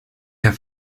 have